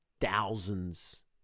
thousands